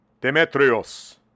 Demetrios